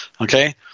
Okay